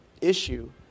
issue